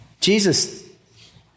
Jesus